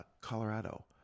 Colorado